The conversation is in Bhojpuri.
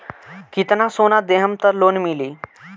कितना सोना देहम त लोन मिली?